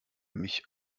mich